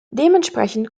dementsprechend